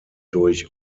durch